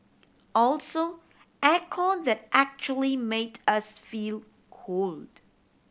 also air con that actually made us feel cold